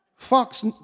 Fox